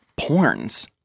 porns